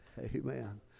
amen